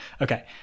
Okay